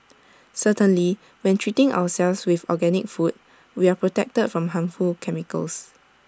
certainly when treating ourselves with organic food we are protected from harmful chemicals